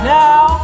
now